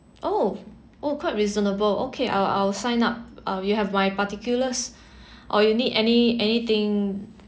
oh oh quite reasonable okay I'll I'll sign up uh you have my particulars or you need any anything